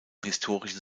historischen